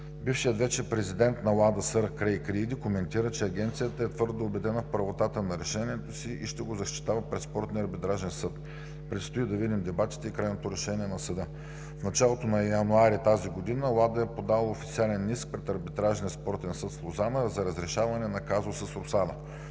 Бившият вече президент на WADA – сър Крейг Рийди, коментира, че Агенцията е твърдо убедена в правотата на решението си и ще го защитава пред Спортния арбитражен съд. Предстои да видим дебатите и крайното решение на съда. В началото на месец януари тази година WADA е подала специален иск пред Арбитражния спортен съд в Лозана за разрешаване на казуса